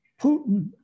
Putin